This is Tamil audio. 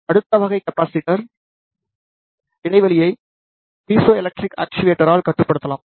அடுத்த வகை கெப்பாஸிட்டர் இடைவெளியை பீசோ எலக்ட்ரிக் ஆக்சுவேட்டரால் கட்டுப்படுத்தலாம்